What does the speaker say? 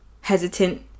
hesitant